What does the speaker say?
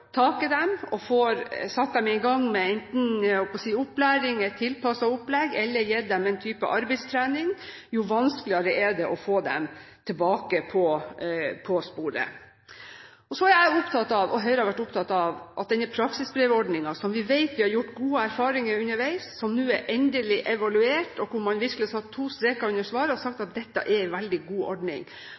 i dem og får satt dem i gang med enten opplæring, et tilpasset opplegg eller gitt dem en type arbeidstrening, jo vanskeligere er det å få dem tilbake på sporet. Så er jeg og Høyre opptatt av at praksisbrevordningen, som vi vet vi har gjort gode erfaringer med underveis, som nå er endelig evaluert, og hvor man virkelig har satt to streker under svaret og sagt at dette er en veldig god ordning,